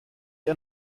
ihr